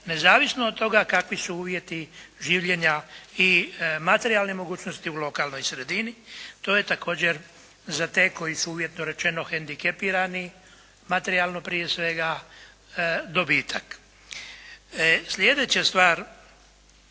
nezavisno od toga kakvi su uvjeti življenja i materijalne mogućnosti u lokalnoj sredini. To je također za te koji su uvjetno rečeno hendikepirani, materijalno prije svega dobitak. Slijedeća stvar